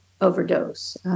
overdose